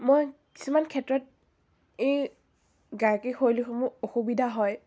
মই কিছুমান ক্ষেত্ৰত এই গায়কী শৈলীসমূহ অসুবিধা হয়